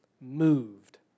moved